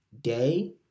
day